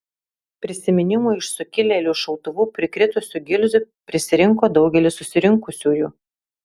prisiminimui iš sukilėlių šautuvų prikritusių gilzių prisirinko daugelis susirinkusiųjų